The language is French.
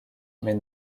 mais